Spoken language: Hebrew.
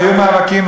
והיו מאבקים,